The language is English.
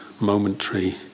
momentary